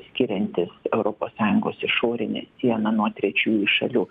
skiriantis europos sąjungos išorinę sieną nuo trečiųjų šalių